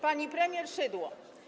Pani Premier Szydło!